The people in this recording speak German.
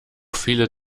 viele